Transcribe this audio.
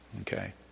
Okay